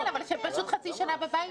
כן, כן, אבל שהם פשוט חצי שנה בבית.